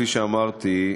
כפי שאמרתי,